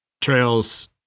trails